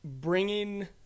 Bringing